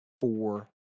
four